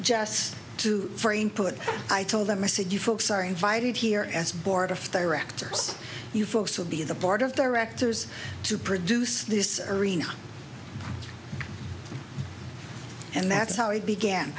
just to frame put i told them i said you folks are invited here as board of directors you folks will be the board of directors to produce this arena and that's how it began